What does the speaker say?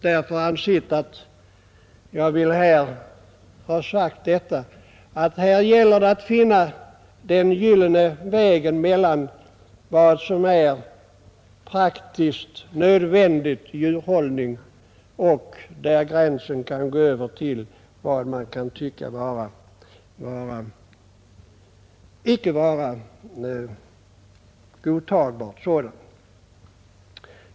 Därför har jag här velat framhålla att det gäller att finna den gyllene vägen mellan vad som är praktisk och nödvändig djurhållning och vad man inte kan tycka vara en godtagbar sådan.